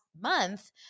month